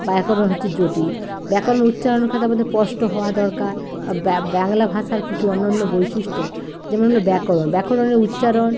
ব্যাকরণ হচ্ছে জটিল ব্যাকরণ উচ্চারণের খাতে আমাদের স্পষ্ট হওয়া দরকার বা বাংলা ভাষার কিছু অন্য অন্য বৈশিষ্ট্য যেমন হলো ব্যাকরণ ব্যাকরণের উচ্চারণ